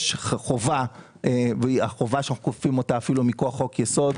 חובה שאנחנו כופים אותה מכוח חוק-יסוד,